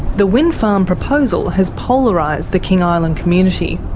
the wind farm proposal has polarised the king island community.